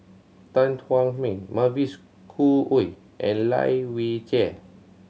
Tan Thuan Heng Mavis Khoo Oei and Lai Weijie